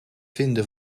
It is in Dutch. vinden